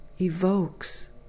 evokes